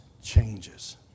changes